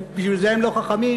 לכן הם לא חכמים,